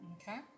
Okay